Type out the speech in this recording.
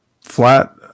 flat